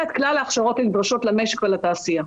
את כלל ההכשרות הנדרשות למשק ולתעשייה.